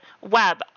web